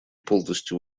полностью